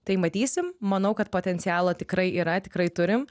tai matysim manau kad potencialo tikrai yra tikrai turim